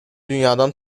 dünyadan